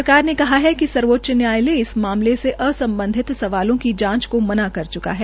सरकार ने कहा है कि सर्वोच्च न्यायालय इस मामले से असंबंधित सवालों की जांच को मना कर चुका है